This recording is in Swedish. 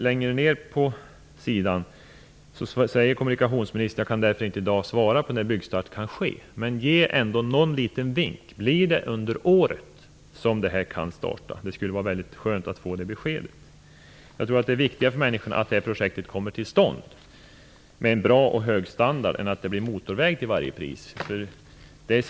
Längre ned på sidan 2 säger kommunikationsministern: "Jag kan därför inte i dag svara på när byggstart kan ske -." Men ge ändå en liten vink! Kan det ske under året? Det skulle vara skönt att få det beskedet. Det är viktigt för människor att projektet kommer till stånd, med en bra och hög standard. Det är viktigare än att det till varje pris blir en motorväg.